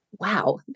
Wow